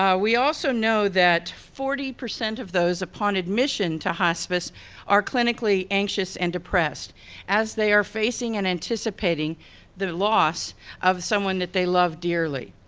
we also know that forty percent of those upon admission to hospice are clinically anxious and depressed as they are facing and anticipating the loss of someone that they loved dearly.